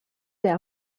der